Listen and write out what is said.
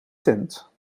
tent